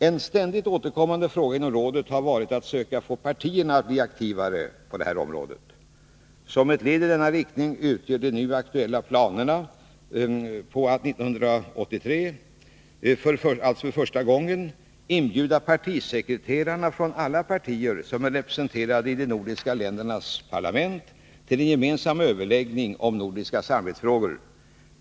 En ständigt återkommande fråga inom rådet har varit att söka få partierna att bli aktivare på detta område. Ett led i denna strävan utgör de nu aktuella planerna på att 1983 — alltså för första gången — inbjuda partisekreterarna från alla partier som är representerade i de nordiska parlamenten till en gemensam överläggning om nordiska samarbetsfrågor.